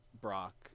Brock